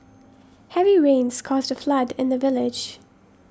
heavy rains caused a flood in the village